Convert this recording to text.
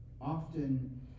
often